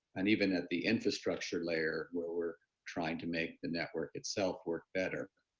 and even at the infrastructure layer where we're trying to make the network itself work better.